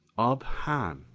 ob hahn,